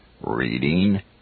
reading